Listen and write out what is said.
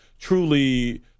truly